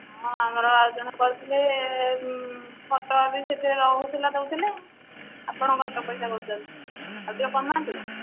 ହଁ ଆମର ଆଉ ଜଣେ କରିଥିଲେ ଫଟୋ ବି ସେ ରହୁଥିଲା ଦେଉଥିଲେ ଆପଣ କ'ଣ ଏତେ ପଇସା କହୁଛନ୍ତି ଆଉ ଟିକିଏ କମାନ୍ତୁ